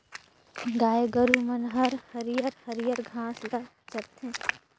गाय गोरु मन हर हरियर हरियर घास ल चरथे